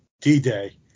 D-Day